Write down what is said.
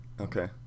okay